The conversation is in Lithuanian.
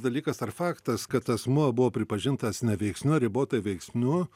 dalykas ar faktas kad asmuo buvo pripažintas neveiksniu ar ribotai veiksniu